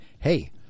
Hey